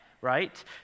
right